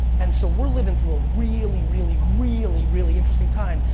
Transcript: and so we're living through a really really really really interesting time,